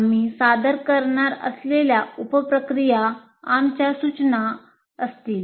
आम्ही सादर करणार असलेल्या उप प्रक्रिया आमच्या सूचना असतील